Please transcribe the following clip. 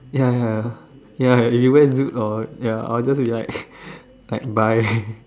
ya ya ya ya if they wear like boots or ya I'll just be like like bye